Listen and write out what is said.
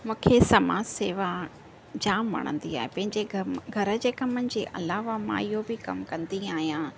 मूंखे समाज सेवा जाम वणंदी आहे पंहिंजे घर जे कमनि जे अलावा मां इहो बि कमु कंदी आहियां